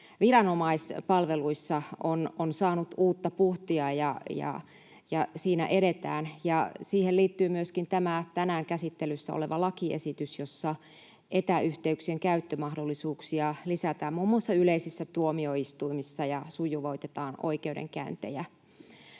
viranomaispalveluissa on saanut uutta puhtia ja siinä edetään. Siihen liittyy myöskin tämä tänään käsittelyssä oleva lakiesitys, jossa etäyhteyksien käyttömahdollisuuksia lisätään muun muassa yleisissä tuomioistuimissa ja sujuvoitetaan oikeudenkäyntejä.